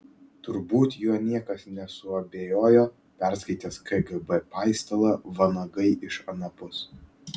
turbūt juo niekas nesuabejojo perskaitęs kgb paistalą vanagai iš anapus